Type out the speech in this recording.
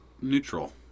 neutral